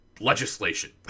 legislation